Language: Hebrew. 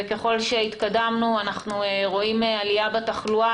ככל שהתקדמנו אנחנו רואים עלייה בהיקף התחלואה,